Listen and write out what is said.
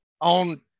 on